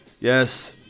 Yes